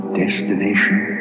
destination